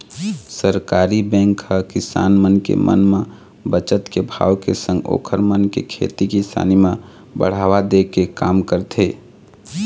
सहकारी बेंक ह किसान मन के मन म बचत के भाव के संग ओखर मन के खेती किसानी म बढ़ावा दे के काम करथे